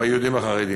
ביהודים החרדים.